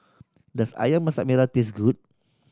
does Ayam Masak Merah taste good